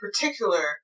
particular